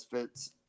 fits